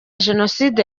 jenoside